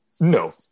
No